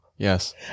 Yes